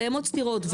קיימות סתירות,